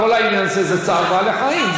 כל העניין שזה צער בעלי-חיים.